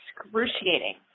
excruciating